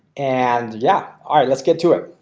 and yeah, all right. let's get to it.